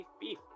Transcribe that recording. beef